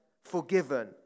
forgiven